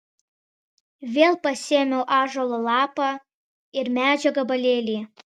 vėl pasiėmiau ąžuolo lapą ir medžio gabalėlį